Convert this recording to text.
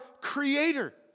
creator